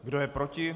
Kdo je proti?